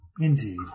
Indeed